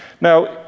Now